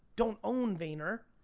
don't own vayner,